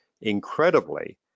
Incredibly